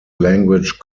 language